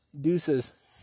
Deuces